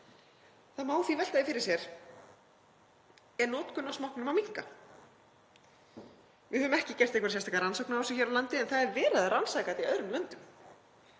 Það má því velta því fyrir sér: Er notkun á smokknum að minnka? Við höfum ekki gert sérstakar rannsóknar á þessu hér á landi en það er verið að rannsaka þetta í öðrum löndum.